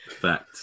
fact